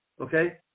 okay